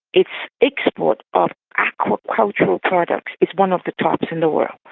its export of aquacultural products is one of the top in the world.